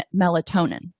melatonin